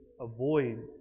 avoid